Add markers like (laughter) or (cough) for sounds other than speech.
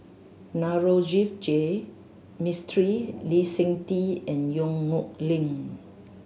Navroji (unintelligible) Mistri Lee Seng Tee and Yong Nyuk Lin